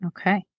Okay